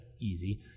easy